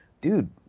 dude